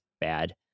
bad